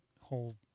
whole